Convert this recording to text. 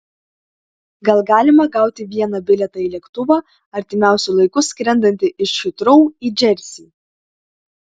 gal galima gauti vieną bilietą į lėktuvą artimiausiu laiku skrendantį iš hitrou į džersį